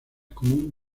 común